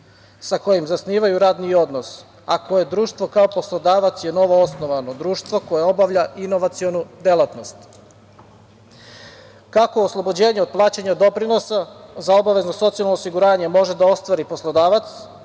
sa kojim zasnivaju radni odnos, ako je društvo kao poslodavac je novoosnovano društvo koje obavlja inovacionu delatnost. Kako oslobođenje od plaćanja doprinosa za obavezno socijalno osiguranje može da ostvari poslodavac